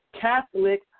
Catholic